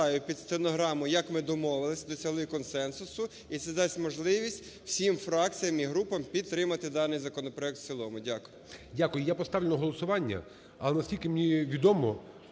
під стенограму, як ми домовились, досягли консенсусу. І це дасть можливість всім фракціям і групам підтримати даний законопроект в цілому. Дякую. ГОЛОВУЮЧИЙ. Дякую. Я поставлю на голосування. Але, наскільки мені відомо,